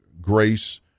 grace